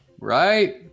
Right